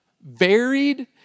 varied